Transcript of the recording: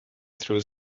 through